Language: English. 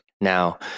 Now